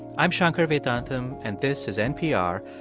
i'm shankar vedantam. and this is npr.